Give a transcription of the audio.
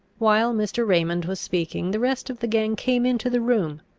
while mr. raymond was speaking, the rest of the gang came into the room.